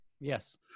Yes